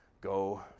go